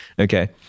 Okay